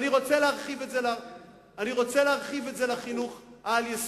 אני רוצה להרחיב את זה לחינוך העל-יסודי.